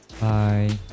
Bye